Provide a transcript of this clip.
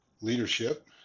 Leadership